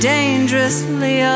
Dangerously